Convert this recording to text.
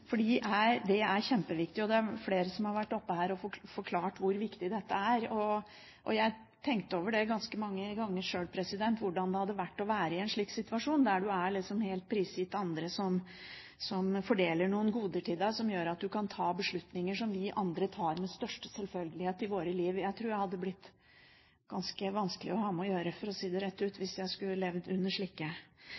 det er kjempeviktig. Flere har vært oppe her og forklart hvor viktig dette er. Jeg har ganske mange ganger tenkt over hvordan det hadde vært å være i en situasjon der man er helt prisgitt andre som fordeler noen goder til deg, som gjør at man kan ta beslutninger som vi andre tar som den største selvfølgelighet i våre liv. Jeg tror jeg hadde blitt ganske vanskelig å ha med å gjøre, for å si det rett ut,